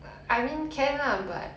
I mean can lah but